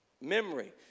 memory